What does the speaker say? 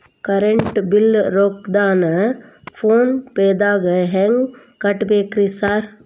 Current bill ರೊಕ್ಕಾನ phone ಪೇದಾಗ ಹೆಂಗ್ ಕಟ್ಟಬೇಕ್ರಿ ಸರ್?